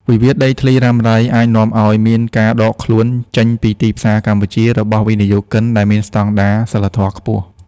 វិវាទដីធ្លីរ៉ាំរ៉ៃអាចនាំឱ្យមានការដកខ្លួនចេញពីទីផ្សារកម្ពុជា របស់វិនិយោគិនដែលមានស្ដង់ដារសីលធម៌ខ្ពស់។